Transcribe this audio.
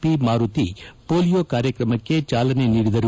P Maruti polio ಕಾರ್ಯಕ್ರಮಕ್ಕೆ ಚಾಲನೆ ನೀಡಿದರು